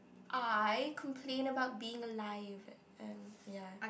I complain about being alive and ya